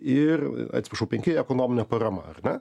ir atsiprašau penki ekonominė parama ar ne